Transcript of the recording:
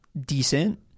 decent